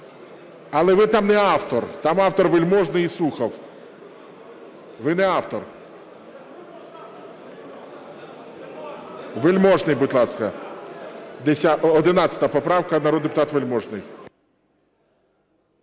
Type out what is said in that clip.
Але ви там не автор, там автори Вельможний і Сухов, ви не автор. Вельможний, будь ласка, 11 поправка. Народний депутат Вельможний.